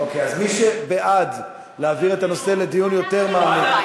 מי שבעד להעביר הנושא לדיון יותר מעמיק,